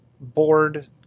board